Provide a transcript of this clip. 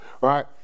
right